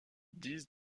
disent